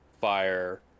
fire